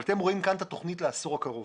אתם רואים כאן את התוכנית לעשור הקרוב.